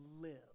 live